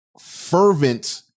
fervent